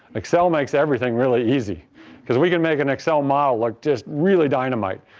excel makes everything really easy because we can make an excel model like just really dynamite.